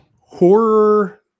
Horror